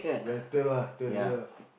better lah tell her